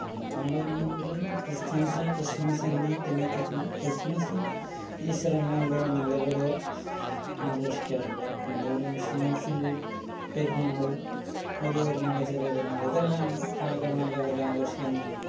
പാലക്കാട് വന്നിട്ട് Christians Christmas എന്നി പിന്നെ കിസ് ക്രിസ്മസും ഈസ്റ്റർ എല്ലാം ഇവിടെ നല്ലതു പോലെ ആഘോഷിക്കാറുണ്ട് അതുപോലെ മുസ്ലിംസിൻ്റെ പെരുന്നാൾ വലിയ പെരുന്നാൾ ചെറിയ പെരുന്നാൾ ഇതെല്ലാം പാലക്കാട് നല്ലതു പോലെ ആഘോഷിക്കുന്നതാണ്